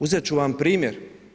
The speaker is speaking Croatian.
Uzet ću vam primjer.